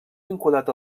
vinculat